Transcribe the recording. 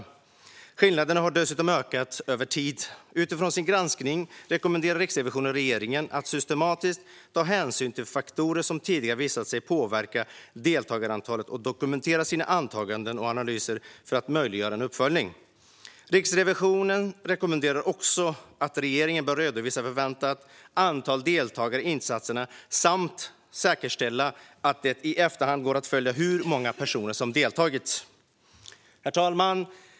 Skillnaderna har dessutom ökat över tid. Utifrån sin granskning rekommenderar Riksrevisionen regeringen att systematiskt ta hänsyn till faktorer som tidigare visat sig påverka deltagarantalet och dokumentera sina antaganden och analyser för att möjliggöra en uppföljning. Riksrevisionen rekommenderar också att regeringen bör redovisa förväntat antal deltagare i insatserna samt säkerställa att det i efterhand går att följa hur många personer som deltagit. Herr talman!